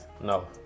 No